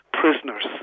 prisoners